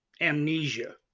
amnesia